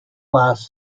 last